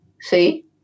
See